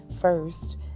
First